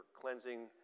cleansing